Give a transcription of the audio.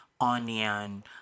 onion